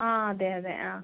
ആ അതെ അതെ ആ